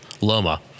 Loma